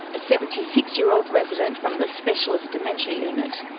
a seventy six year old resident from the specialist dementia unit.